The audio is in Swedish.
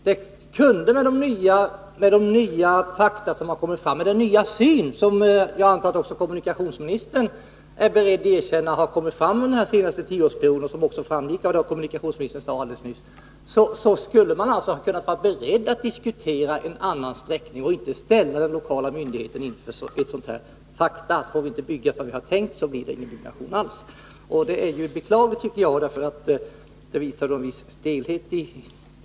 Men med hänsyn till den nya syn som jag antar att också kommuniktionsministern är beredd erkänna har kommit fram under den senaste tioårsperioden — det framgick ju av vad kommunikationsministern nyss sade — borde vägverket ha varit berett att diskutera en annan sträckning och inte ställa den lokala myndigheten inför faktum: Får vi inte bygga som vi tänkt, blir det ingen byggnation alls. Detta är beklagligt, tycker jag, och vittnar om en viss stelhet.